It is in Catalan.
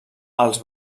als